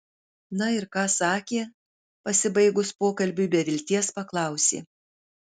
na ir ką sakė pasibaigus pokalbiui be vilties paklausė